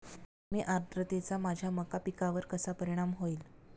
कमी आर्द्रतेचा माझ्या मका पिकावर कसा परिणाम होईल?